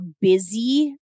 busy